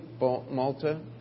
Malta